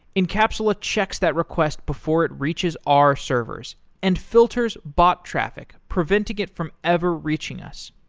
encapsula checks that request before it reaches our servers and filters bot traffic preventing it from ever reaching us.